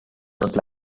not